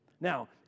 Now